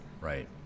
Right